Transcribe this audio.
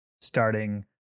starting